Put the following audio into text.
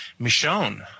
michonne